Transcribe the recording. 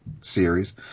series